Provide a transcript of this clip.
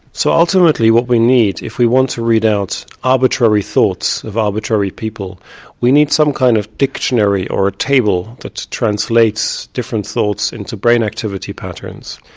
so ultimately what we need if we want to read out arbitrary thoughts of arbitrary people we need some kind of dictionary or table that translates different thoughts into brain activity patterns.